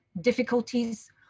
difficulties